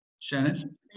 Shannon